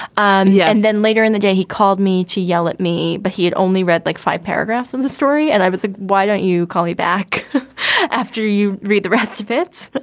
um yeah and then later in the day, he called me to yell at me, but he had only read like five paragraphs in the story. and i was like, why don't you call me back after you read the rest of it?